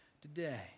today